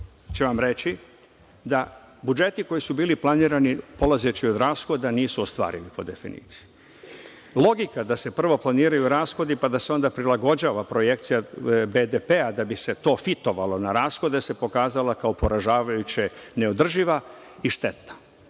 će vam reći da budžeti koji su bili planirani polazeći od rashoda nisu ostvareni po definiciji. Logika da se prvo planiraju rashodi, pa da se onda prilagođava projekcija BDP da bi se to fitovalo na rashode se pokazalo kao poražavajuće neodrživa i šteta.